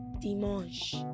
dimanche